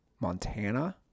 Montana